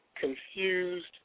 confused